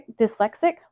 dyslexic